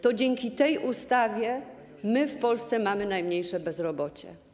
To dzięki tej ustawie w Polsce mamy najmniejsze bezrobocie.